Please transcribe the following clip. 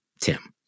Tim